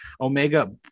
Omega